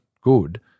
good